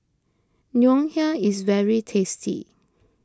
Ngoh Hiang is very tasty